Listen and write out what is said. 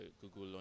Google